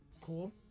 cool